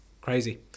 crazy